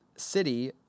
City